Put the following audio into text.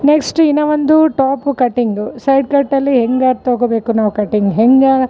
next ಇನ್ನು ಒಂದು top cutting side ಕಟ್ಟಲ್ಲಿ ಹೆಂಗೆ ತೊಗೋಬೇಕು ನಾವು ಕಟ್ಟಿಂಗ್ ಹೆಂಗೆ